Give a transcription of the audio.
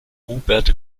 hubert